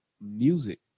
music